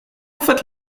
offered